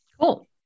Cool